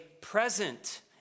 present